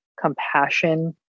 compassion